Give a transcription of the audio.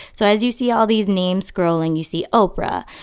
so as you see all these names scrolling you see oprah,